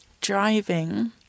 driving